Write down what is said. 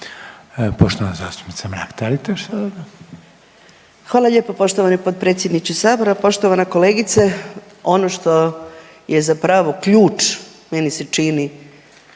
**Mrak-Taritaš, Anka (GLAS)** Hvala lijepo poštovani potpredsjedniče sabora. Poštovana kolegice, ono što je zapravo ključ meni se čini